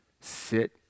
sit